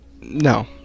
No